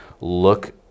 look